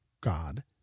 God